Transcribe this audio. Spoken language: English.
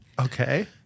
Okay